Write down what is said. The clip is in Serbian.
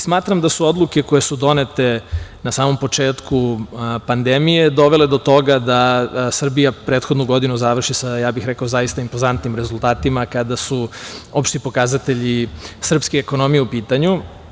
Smatram da su odluke koje su donete na samom početku pandemije dovele do toga da Srbija prethodnu godinu završi, rekao bih, zaista sa impozantnim rezultatima, kada su opšti pokazatelji srpske ekonomije u pitanju.